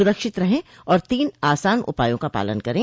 सुरक्षित रहें और तीन आसान उपायों का पालन करें